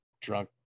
drunk